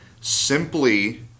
simply